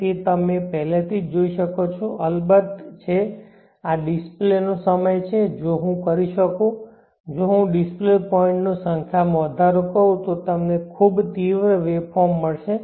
તેથી તમે પહેલેથી જ જોઈ શકો છો કે અલબત્ત છે આ ડિસ્પ્લે નો સમય છે જો હું કરી શકું જો હું ડિસ્પ્લે પોઇન્ટની સંખ્યામાં વધારો કરું તો તમને ખૂબ તીવ્ર વેવફોર્મ્સ મળશે